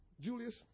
Julius